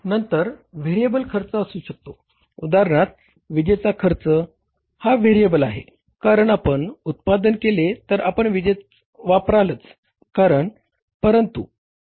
नंतर व्हेरिएबल खर्च असू शकतो उदाहरणार्थ विजेचा खर्च हा व्हेरिएबल आहे कारण आपण उत्पादन केले तर आपण विजेचा वापर कराल